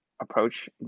approach